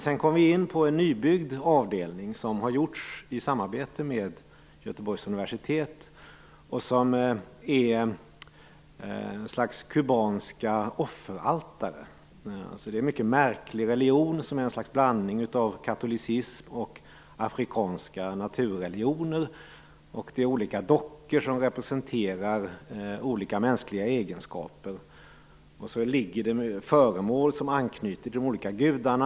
Sedan kom vi till en nybyggd avdelning, som iordningställts i samarbete med Göteborgs universitet och som innehåller ett slags kubanska offeraltare. Det är här fråga om en mycket märklig religion, som är ett slags blandning av katolicism och afrikanska naturreligioner. Olika dockor representerar olika mänskliga egenskaper. Olika föremål anknyter till de olika gudarna.